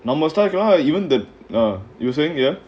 and almost like err even the err you were saying you know